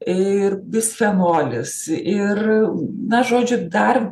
ir bisfenolis ir na žodžiu dar